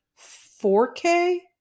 4K